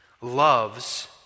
loves